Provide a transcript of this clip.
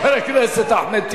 לא להתרגש, חבר הכנסת אחמד טיבי.